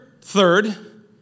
third